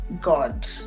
God